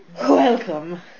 welcome